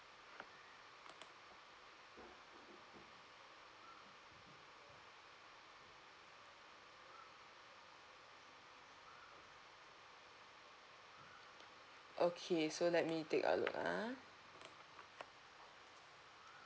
okay so let me take a look ah